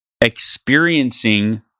experiencing